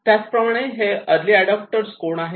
त्याचप्रमाणे हे early adopter कोण आहेत